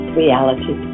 reality